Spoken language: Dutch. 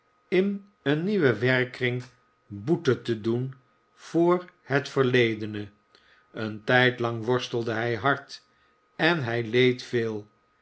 in een nieuwen werkkring boete te doen voor het verledene een jijdlang worstelde hij hard en hij leed veel